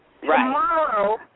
Tomorrow